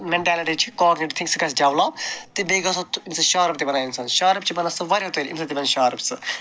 mentality چھِ cognitive thing سُہ گژھِ ڈٮ۪ولاپ تہٕ بیٚیہِ گژھو تہٕ اَمہِ سۭتۍ شارٕپ تہِ بَنان اِنسان شارٕپ چھِ بَنان سُہ وارِہو اَمہِ سۭتۍ تہِ بَنہِ شارٕپ سُہ